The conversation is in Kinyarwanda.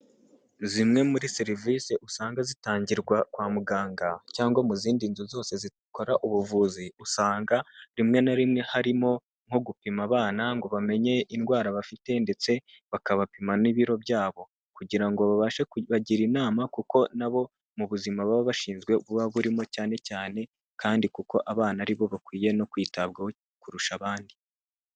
Zimwe muri serivisi usanga zitangirwa kwa muganga, cyangwa mu zindi nzu zose zikora ubuvuzi, usanga rimwe na rimwe harimo nko gupima abana ngo bamenye indwara bafite, ndetse bakabapima n'ibiro byabo, kugira ngo babashe kubagira inama, kuko na bo mu buzima baba bashinzwe buba burimo cyane cyane, kandi kuko abana aribo bakwiye no kwitabwaho kurusha abandi.